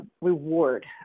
reward